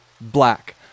black